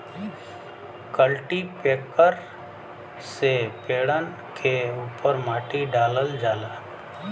cultipacker से पेड़न के उपर माटी डालल जाला